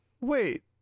wait